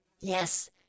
Yes